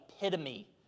epitome